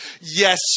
Yes